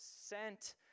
sent